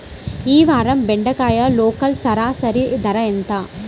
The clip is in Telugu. ఈ వారం బెండకాయ లోకల్ సరాసరి ధర ఎంత?